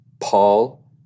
Paul